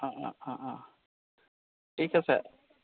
অঁ অঁ অঁ অঁ ঠিক আছে